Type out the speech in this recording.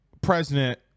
president